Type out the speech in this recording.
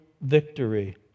victory